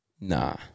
Nah